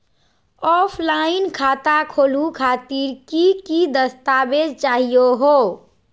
Offline खाता खोलहु खातिर की की दस्तावेज चाहीयो हो?